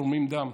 תורמים דם,